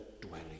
dwelling